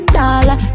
dollar